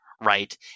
right